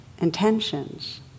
intentions